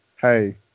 Hey